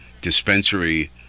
dispensary